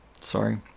Sorry